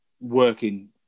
working